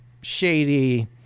shady